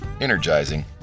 energizing